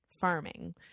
farming